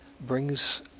brings